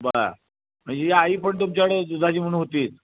बरं म्हणजे आई पण तुमच्याकडे दुधाची म्हणून होती